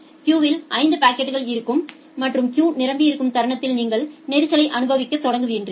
கியூவில் 5 பாக்கெட்கள் இருக்கும் மற்றும் கியூ நிரம்பியிருக்கும் தருணத்தில் நீங்கள் நெரிசலை அனுபவிக்கத் தொடங்குவீர்கள்